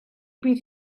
bydd